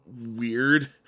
weird